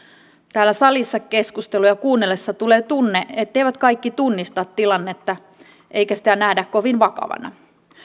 täällä salissa keskusteluja kuunnellessa tulee tunne etteivät kaikki tunnista tilannetta eikä sitä nähdä kovin vakavana